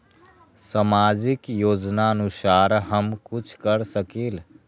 सामाजिक योजनानुसार हम कुछ कर सकील?